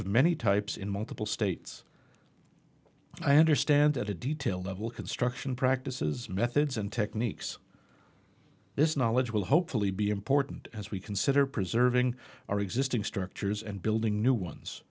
of many types in multiple states i understand at a detail level construction practices methods and techniques this knowledge will hopefully be important as we consider preserving our existing structures and building new ones